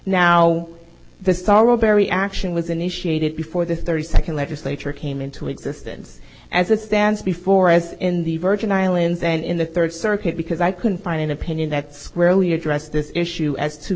now the star of barry action was initiated before the thirty second legislature came into existence as it stands before as in the virgin islands and in the third circuit because i couldn't find a an opinion that squarely addressed this issue as to